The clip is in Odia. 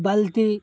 ବାଲ୍ଟି